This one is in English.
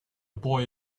boy